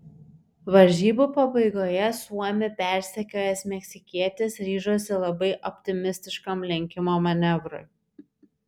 varžybų pabaigoje suomį persekiojęs meksikietis ryžosi labai optimistiškam lenkimo manevrui